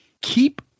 Keep